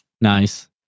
nice